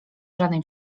żadnej